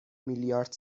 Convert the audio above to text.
میلیارد